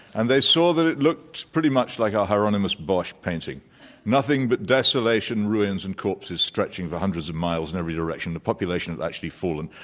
and they saw that it looked pretty much like a hieronymus bosch painting nothing but desolation, ruins, and corpses stretching for hundreds of miles in every direction. the population had actually fallen.